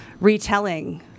retelling